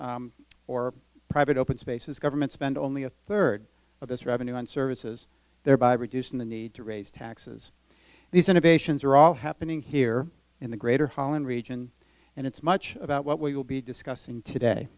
open or private open spaces government spend only a third of its revenue on services thereby reducing the need to raise taxes these innovations are all happening here in the greater holland region and it's much about what we will be discussing today